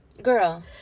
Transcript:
girl